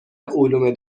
علوم